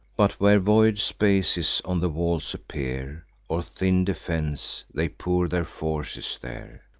but, where void spaces on the walls appear, or thin defense, they pour their forces there.